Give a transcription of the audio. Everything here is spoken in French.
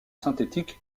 synthétique